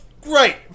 Great